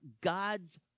God's